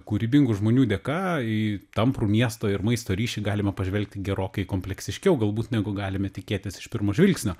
kūrybingų žmonių dėka į tamprų miesto ir maisto ryšį galima pažvelgti gerokai kompleksiškiau galbūt negu galime tikėtis iš pirmo žvilgsnio